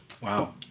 Wow